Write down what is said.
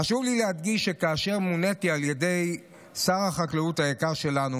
חשוב לי להדגיש שכאשר מוניתי על ידי שר החקלאות היקר שלנו,